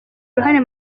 uruhare